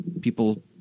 people